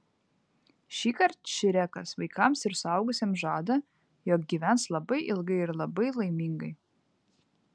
šįkart šrekas vaikams ir suaugusiems žada jog gyvens labai ilgai ir labai laimingai